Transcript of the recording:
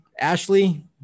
Ashley